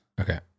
okay